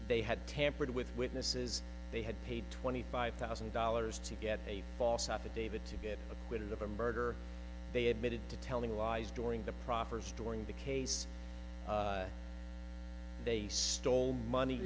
they had tampered with witnesses they had paid twenty five thousand dollars to get a false affidavit to get acquitted of a murder they admitted to telling lies during the proffers during the case they stole money